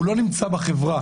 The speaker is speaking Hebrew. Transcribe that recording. הוא לא נמצא בחברה.